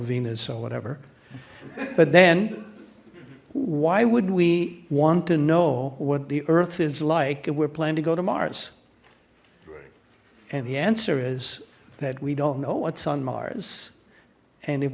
venus or whatever but then why would we want to know what the earth is like if we're planning to go to mars and the answer is that we don't know what's on mars and if